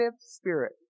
spirit